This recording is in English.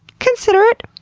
consider it.